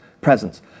presence